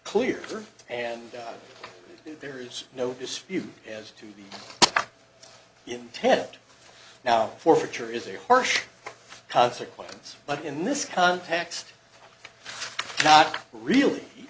clear and there's no dispute as to the intent now forfeiture is a harsh consequence but in this context not really